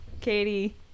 Katie